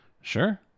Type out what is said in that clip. Sure